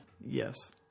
Yes